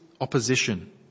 opposition